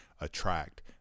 attract